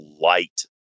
light